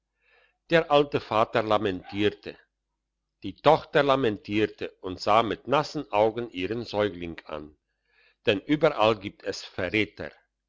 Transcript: der alte vater lamentierte die tochter lamentierte und sah mit nassen augen ihren säugling an denn überall gibt es verräter